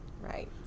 right